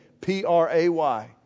P-R-A-Y